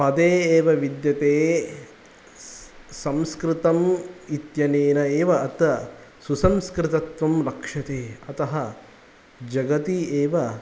पदे एव विद्यते संस्कृतम् इत्यनेन एव अतः सुसंस्कृतत्वं वक्षते अतः जगति एव